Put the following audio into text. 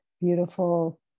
beautiful